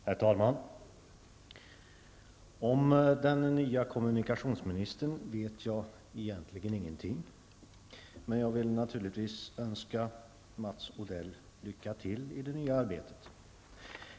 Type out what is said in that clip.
Herr talman! Om den nye kommunikationsministern vet jag egentligen ingenting, men jag vill naturligtvis önska Mats Odell lycka till i det nya arbetet.